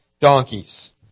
donkeys